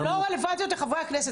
הן לא רלוונטיות לחברי הכנסת,